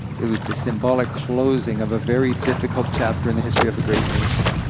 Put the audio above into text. it was the symbolic closing of a very difficult chapter in the history of a great nation.